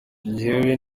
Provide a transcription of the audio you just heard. njyewe